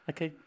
Okay